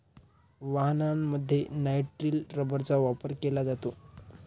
वाहनांमध्ये नायट्रिल रबरचा वापर केला जातो